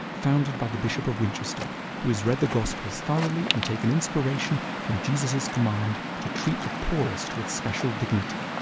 founded by the bishop of winchester who has read the gospels thoroughly and taken inspiration from jesus command to treat the poorest with special dignity.